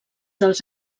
dels